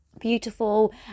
beautiful